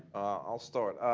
i'll start.